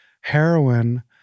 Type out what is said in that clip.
heroin